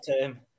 term